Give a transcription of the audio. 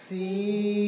See